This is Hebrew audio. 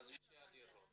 שתי דירות.